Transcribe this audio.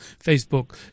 Facebook